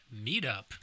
Meetup